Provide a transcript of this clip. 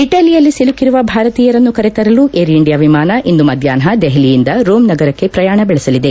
ಇಟಲಿಯಲ್ಲಿ ಸಿಲುಕಿರುವ ಭಾರತೀಯರನ್ನು ಕರೆತರಲು ಏರ್ ಇಂಡಿಯಾ ವಿಮಾನ ಇಂದು ಮಧ್ವಾಪ್ಯ ದೆಹಲಿಯಿಂದ ರೋಮ್ ನಗರಕ್ಷೆ ಪ್ರಯಾಣ ಬೆಳೆಸಲಿದೆ